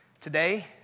Today